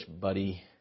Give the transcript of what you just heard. buddy